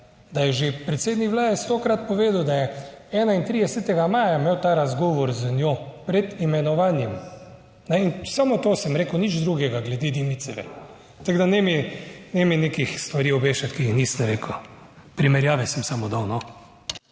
da je že predsednik Vlade stokrat povedal, da je 31. maja imel ta razgovor z njo, pred imenovanjem. In samo to sem rekel in nič glede Dimičeve. Tako da ne mi, ne mi nekih stvari obešati, ki jih nisem, rekel primerjave sem samo dal.